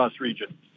region